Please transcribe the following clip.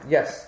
Yes